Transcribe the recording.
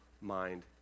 mind